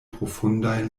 profundaj